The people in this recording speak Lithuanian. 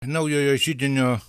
naujojo židinio